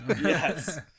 Yes